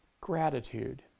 gratitude